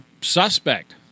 suspect